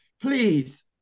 Please